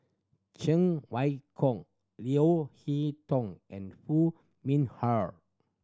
Cheng Wai Keung Leo Hee Tong and Hoo Mee Har